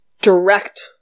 direct